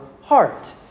heart